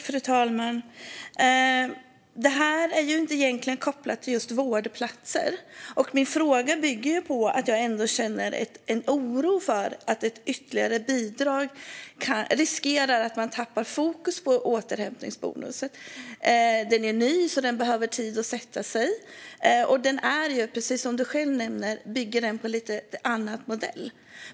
Fru talman! Det här är egentligen inte kopplat till just vårdplatser. Min fråga bygger på att jag ändå känner en oro för att ett ytterligare bidrag riskerar att leda till att man tappar fokus på återhämtningsbonusen. Den är ny, så den behöver tid att sätta sig. Den bygger, precis som du själv nämner, på en lite annorlunda modell.